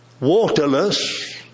waterless